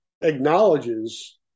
Acknowledges